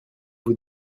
vous